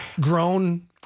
grown